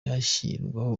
hashyirwaho